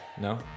No